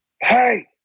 hey